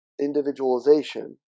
individualization